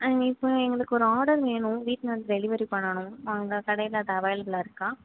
ma'am இப்போ எங்களுக்கு ஒரு ஆர்டர் வேணும் வீட்டில் வந்து டெலிவெரி பண்ணணும் உங்கள் கடையில் அது அவைலபுளாக இருக்கா